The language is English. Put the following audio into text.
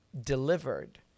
delivered